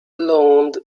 loaned